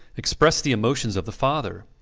expressed the emotions of the father.